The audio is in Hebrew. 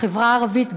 החברה הערבית,